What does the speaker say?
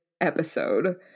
episode